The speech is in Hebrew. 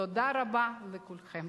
תודה רבה לכולכם.